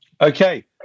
Okay